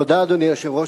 תודה, אדוני היושב-ראש.